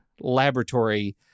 laboratory